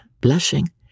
blushing